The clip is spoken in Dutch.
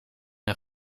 een